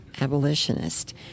abolitionist